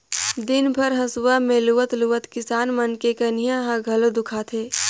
दिन भर हंसुआ में लुवत लुवत किसान मन के कनिहा ह घलो दुखा थे